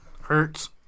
Hurts